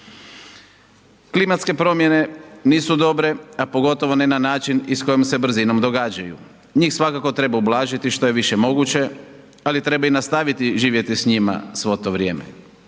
Klimatske promjene nisu dobre, a pogotovo ne na način i s kojom se brzinom događaju. Njih svakako treba ublažiti što je više moguće, ali treba i nastaviti živjeti s njima svo to vrijeme.